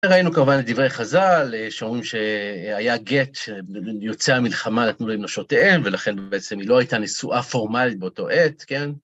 ראינו, כמובן, את דברי חז"ל, שאומרים שהיה גט שיוצא המלחמה לנשותיהם, ולכן בעצם היא לא הייתה נשואה פורמלית באותו עת, כן?